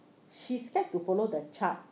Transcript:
she is scared to follow the chart